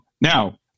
Now